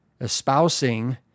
espousing